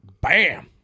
Bam